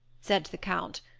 said the count,